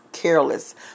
careless